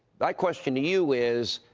my question to you is,